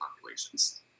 populations